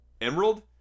emerald